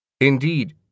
Indeed